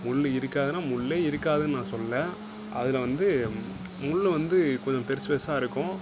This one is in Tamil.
முள்ளு இருக்காதுனா முள்ளே இருக்காதுனு நான் சொல்லைல அதில் வந்து முள்ளு வந்து கொஞ்சம் பெருசு பெருசாக இருக்கும்